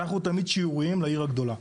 אנחנו תמיד שיעוריים לעיר הגדולה.